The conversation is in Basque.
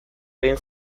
egin